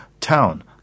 town